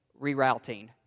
rerouting